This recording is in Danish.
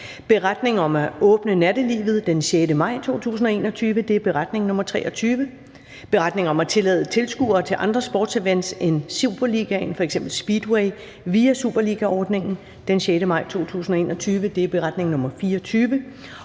Beretning om at åbne nattelivet fra den 6. maj 2021. (Beretning nr. 23), Beretning om at tillade tilskuere til andre sportsevents end superligaen, f.eks. speedway, via superligaordningen fra den 6. maj 2021. (Beretning nr. 24)